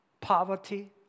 poverty